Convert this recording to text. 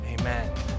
amen